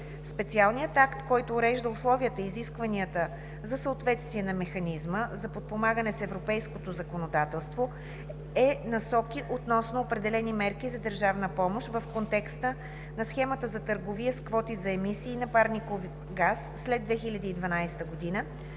Специалният акт, който урежда условията и изискванията за съответствие на механизма за подпомагане с европейското законодателство е: Насоки относно определени мерки за държавна помощ в контекста на схемата за търговия с квоти за емисии на парников газ след 2012 г.,